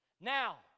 Now